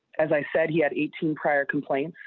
as i said he had eighteen prior complaint.